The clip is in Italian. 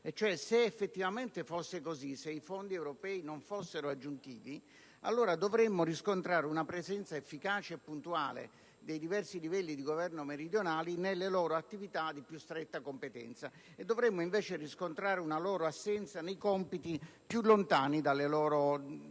se effettivamente fosse così, se i fondi europei non fossero aggiuntivi, dovremmo riscontrare una presenza efficace e puntuale dei diversi livelli di governo meridionali nelle loro attività di più stretta competenza e una loro assenza nei compiti più lontani dalle loro